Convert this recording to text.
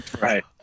Right